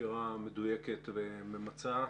סקירה מדויקת וממצה.